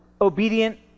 obedient